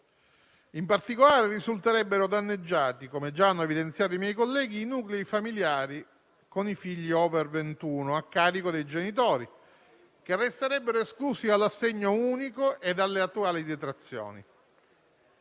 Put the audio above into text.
In particolare, risulterebbero danneggiati - come hanno già evidenziato i miei colleghi - i nuclei familiari con i figli *over* ventuno a carico dei genitori, che resterebbero esclusi dall'assegno unico e dalle attuali detrazioni.